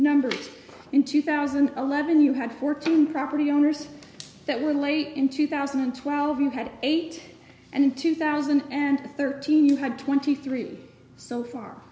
number in two thousand and eleven you had fourteen property owners that were late in two thousand and twelve you had eight and in two thousand and thirteen you had twenty three so far